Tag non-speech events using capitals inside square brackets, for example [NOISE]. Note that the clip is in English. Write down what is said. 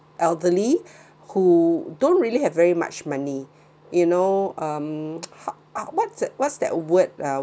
elderly who don't really have very much money you know um [NOISE] what's that what's that word uh